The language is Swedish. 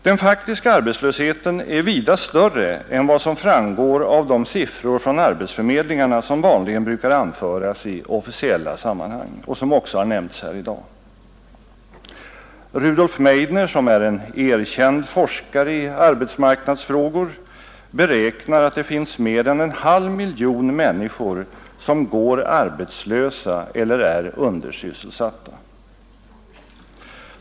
Den faktiska arbetslösheten är vida större än vad som framgår av de siffror från arbetsförmedlingarna som vanligen brukar anföras i officiella sammanhang och som också har nämnts här i dag. Rudolf Meidner, som är en erkänd forskare i arbetsmarknadsfrågor, beräknar att det finns mer än en halv miljon människor som går arbetslösa eller är undersysselsatta.